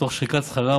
תוך שחיקת שכרם,